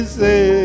say